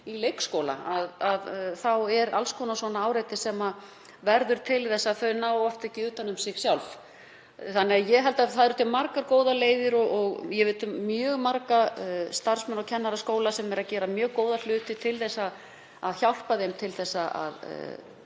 í leikskóla er alls konar áreiti sem verður til þess að þau ná ekki utan um sig sjálf. Það eru til margar góðar leiðir og ég veit um mjög marga starfsmenn og kennara skólanna sem eru að gera mjög góða hluti til þess að hjálpa þeim að